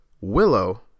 Willow